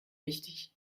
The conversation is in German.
wichtig